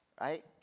right